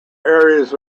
areas